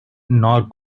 nor